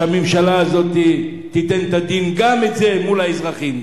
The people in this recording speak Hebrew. שהממשלה הזאת תיתן את הדין גם על זה מול האזרחים.